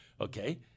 okay